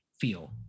feel